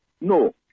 No